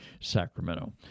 Sacramento